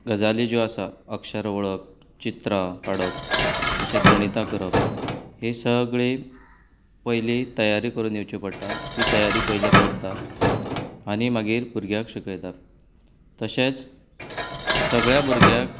गजाली ज्यो आसात अक्षर वळख चित्रां काडप तशेंच गणितां करप ही सगळी पयलीं तयारी करून येवची पडटा ती तयारी पयली करतां आनी मागीर भुरग्यांक शिकयतां तशेंच सगल्या भुरग्यांक